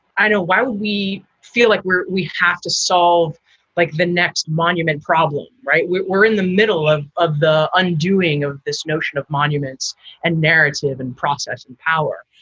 i know why we feel like we have to solve like the next monumental problem. right. we're we're in the middle of of the undoing of this notion of monuments and narrative and process and power.